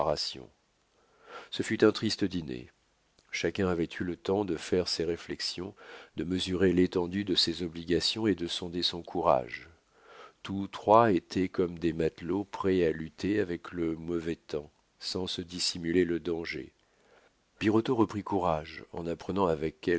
ce fut un triste dîner chacun avait eu le temps de faire ses réflexions de mesurer l'étendue de ses obligations et de sonder son courage tous trois étaient comme des matelots prêts à lutter avec le mauvais temps sans se dissimuler le danger birotteau reprit courage en apprenant avec